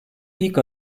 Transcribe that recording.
ilk